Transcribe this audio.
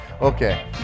Okay